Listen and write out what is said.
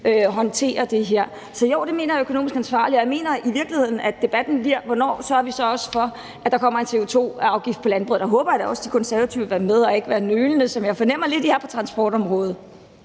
håndtere det her. Så jo, det mener jeg er økonomisk ansvarligt. Jeg mener i virkeligheden, at debatten bliver om, hvornår vi så også sørger for, at der kommer en CO2-afgift på landbruget. Og der håber jeg da også, at De Konservative vil være med og ikke vil være nølende, som jeg lidt fornemmer I er på transportområdet.